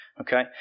Okay